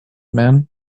man